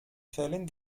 fällen